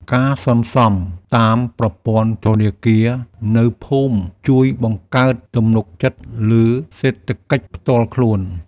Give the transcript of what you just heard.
ការសន្សុំតាមប្រព័ន្ធធនាគារនៅភូមិជួយបង្កើតទំនុកចិត្តលើសេដ្ឋកិច្ចផ្ទាល់ខ្លួន។